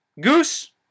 Goose